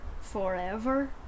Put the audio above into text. forever